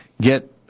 get